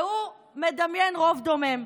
והוא מדמיין רוב דומם.